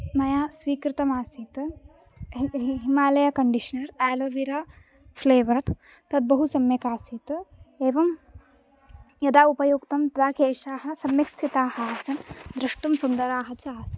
मया स्वीकृतम् आसीत् हिमालय कंडीश्नर् एलोवेरा फ्लेवर् तद्बहु सम्यक् आसीत् एवं यदा उपयुक्तं तदा केशाः सम्यक्स्थिताः आसन् द्रष्टुं सुन्दराः च आसन्